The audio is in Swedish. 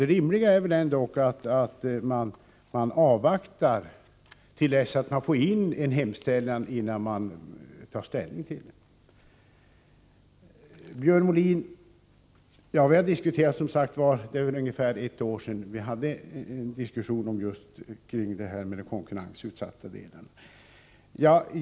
Det rimliga är väl ändå att man avvaktar till dess man får in en hemställan innan man tar ställning till den. Björn Molin diskuterade med mig för ungefär ett år sedan kring den konkurrensutsatta delen.